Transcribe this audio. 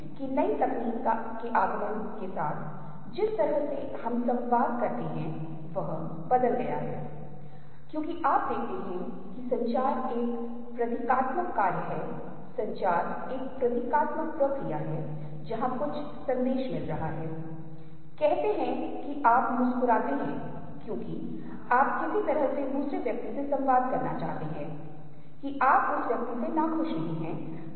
अब हमें यह स्पष्ट करने दें उदाहरण के लिए जब मैं अपने सामने देख रहा हूं तो हम कहें कि मैं आपको देखता हूं लेकिन जो मैं मूल रूप से देख रहा हूं वह विभिन्न प्रकार के रंगों या कुछ रंगों के समूह हैं जो कुछ रूपों में हैं और मैं सक्षम हूं एक निश्चित दूरी पर उन्हें खोजने के लिए